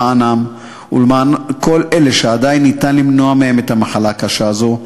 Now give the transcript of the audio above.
למענם ולמען כל אלה שעדיין ניתן למנוע מהם את המחלה הקשה הזאת,